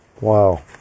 Wow